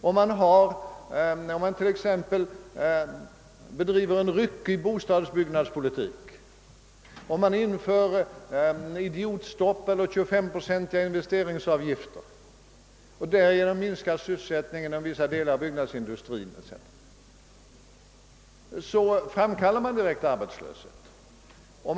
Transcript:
Om det t.ex. bedrivs en ryckig bostadsbyggnadspolitik, om det införs idiotstopp eller 253-procentiga investeringsavgifter som därmed minskar sysselsättningen inom vissa delar av byggnadsindustrin, framkallas arbetslöshet.